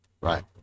Right